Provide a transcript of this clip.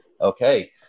Okay